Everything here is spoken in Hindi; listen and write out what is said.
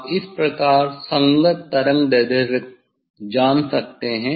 आप इस प्रकार संगत तरंगदैर्ध्य जान सकते हैं